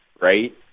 right